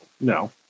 No